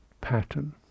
pattern